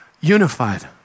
unified